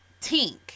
Tink